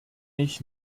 ich